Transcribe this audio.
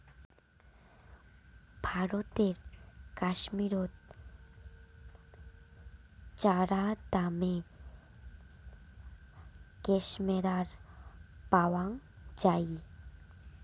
ভারতের কাশ্মীরত চরাদামে ক্যাশমেয়ার পাওয়াং যাই